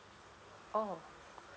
oh